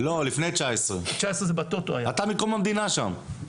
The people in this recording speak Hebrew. לא, לפני 2019. אתה מקום המדינה שם.